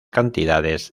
cantidades